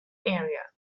area